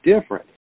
different